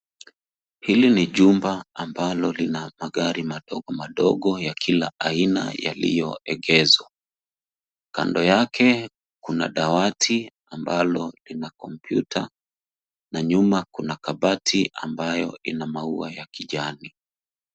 Hili ni jumba ambalo lina magari madogo madogo ya kila aina, yaliyoegezwa. Kando yake kuna dawati ambalo lina kompyuta, na nyuma kuna kabati ambayo ina maua ya kijani.